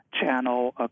Channel